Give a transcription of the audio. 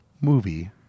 movie